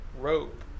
rope